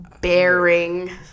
bearing